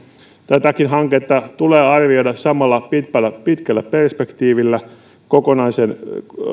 tätäkin hanketta tulee arvioida samalla pitkällä pitkällä perspektiivillä